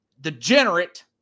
degenerate